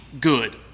Good